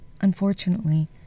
Unfortunately